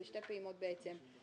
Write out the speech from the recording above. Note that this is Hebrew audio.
בשתי פעימות בהתאם,